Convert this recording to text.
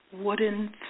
wooden